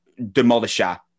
Demolisher